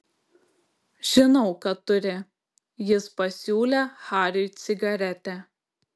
žinau kad turi jis pasiūlė hariui cigaretę